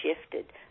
shifted